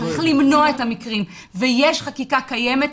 צריך למנוע את המקרים ויש חקיקה קיימת.